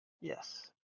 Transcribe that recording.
Yes